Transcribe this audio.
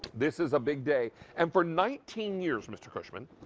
this is a big day. and for nineteen years, mr. christmas,